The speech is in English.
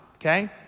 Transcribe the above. okay